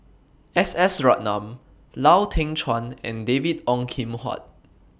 S S Ratnam Lau Teng Chuan and David Ong Kim Huat